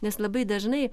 nes labai dažnai